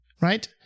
right